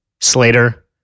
Slater